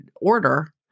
order